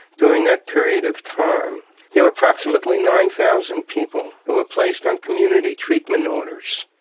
during that period of time there were approximately nine thousand people who were placed on community treatment orders.